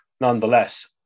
nonetheless